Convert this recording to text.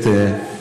את,